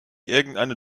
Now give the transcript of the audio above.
irgendeine